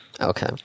Okay